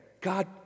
God